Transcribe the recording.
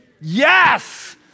Yes